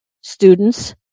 students